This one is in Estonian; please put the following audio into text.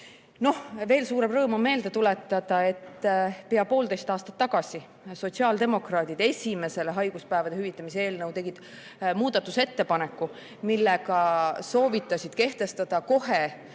Veel suurem rõõm on meelde tuletada, et pea poolteist aastat tagasi tegid sotsiaaldemokraadid esimese haiguspäevade hüvitamise eelnõu kohta muudatusettepaneku, millega soovitasid kehtestada kohe